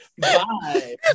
Bye